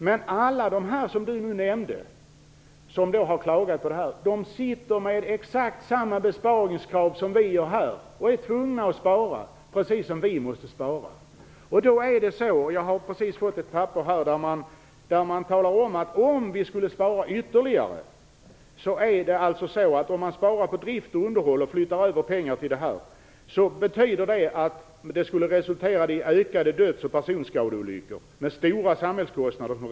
Men alla de instanser som Sivert Carlsson nämnde har exakt samma besparingskrav som vi och är tvungna att spara precis som vi måste göra. Jag har just fått ett papper av vilket det framgår att om vi skulle spara in ytterligare pengar på drift och underhåll och flyttar över dem till enskilda vägar, skulle resultatet bli ökade döds och personskadeolyckor med åtföljande stora samhällskostnader.